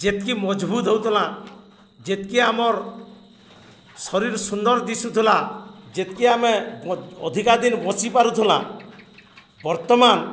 ଯେତ୍କି ମଜବୁତ ହେଉଥିଲା ଯେତ୍କି ଆମର୍ ଶରୀର ସୁନ୍ଦର ଦିଶୁଥିଲା ଯେତ୍କି ଆମେ ଅଧିକା ଦିନ ବସିି ପାରୁଥିଲା ବର୍ତ୍ତମାନ